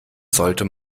sollte